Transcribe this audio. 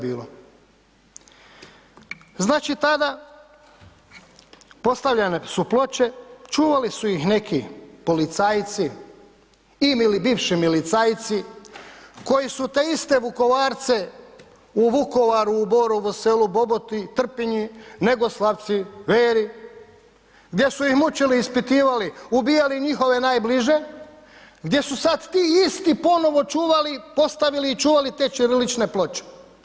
Znači tada postavljene su ploče, čuvali su ih neki policajci i ili bivši milicajci koji su te iste Vukovarce u Vukovaru, u Borovu Selu, Boboti, Trpinji, Negoslavci, Veri, gdje su ih mučili i ispitivali, ubijali njihove najbliže, gdje su sad ti isti ponovno čuvali, postavili i čuvali te ćirilične ploče.